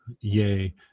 yea